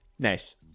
Nice